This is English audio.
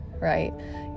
right